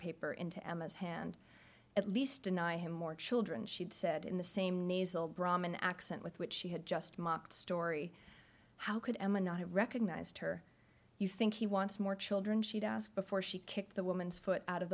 paper into emma's hand at least deny him more children she had said in the same nasal brahman accent with which she had just mocked story how could emma not have recognized her you think he wants more children she'd asked before she kicked the woman's foot out of